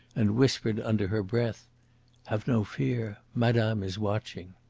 and whispered under her breath have no fear! madame is watching.